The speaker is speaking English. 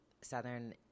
southern